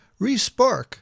ReSpark